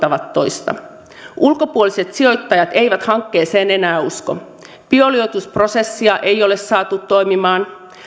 teot osoittavat toista ulkopuoliset sijoittajat eivät hankkeeseen enää usko bioliuotusprosessia ei ole saatu toimimaan